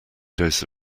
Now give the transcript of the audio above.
dose